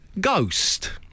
Ghost